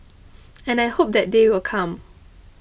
and I hope that day will come